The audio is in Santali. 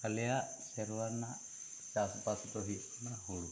ᱟᱞᱮᱭᱟᱜ ᱥᱮᱨᱣᱟ ᱨᱮᱱᱟᱜ ᱪᱟᱥ ᱵᱟᱥ ᱫᱚ ᱦᱩᱭᱩᱜ ᱠᱟᱱᱟ ᱦᱩᱲᱩ